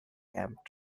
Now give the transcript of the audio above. camp